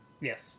Yes